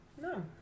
No